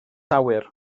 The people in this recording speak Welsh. awyr